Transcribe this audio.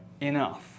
enough